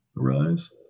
arise